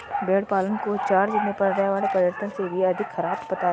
भेड़ पालन को जॉर्ज ने पर्यावरण परिवर्तन से भी अधिक खराब बताया है